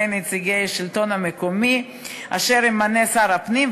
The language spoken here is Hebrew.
נציגי השלטון המקומי אשר ימנה שר הפנים,